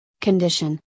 condition